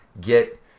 get